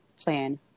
plan